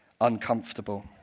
uncomfortable